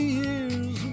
years